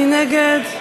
מי נגד?